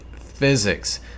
physics